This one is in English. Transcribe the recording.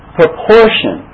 proportion